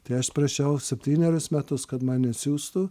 tai aš prašiau septynerius metus kad mane siųstų